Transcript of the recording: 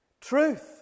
truth